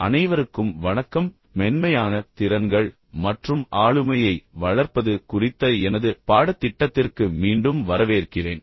அனைவருக்கும் வணக்கம் மென்மையான திறன்கள் மற்றும் ஆளுமையை வளர்ப்பது குறித்த எனது பாடத்திட்டத்திற்கு மீண்டும் வரவேற்கிறேன்